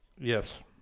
Yes